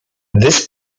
this